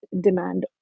demand